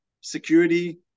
security